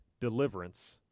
deliverance